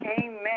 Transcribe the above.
Amen